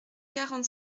quarante